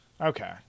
Okay